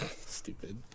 Stupid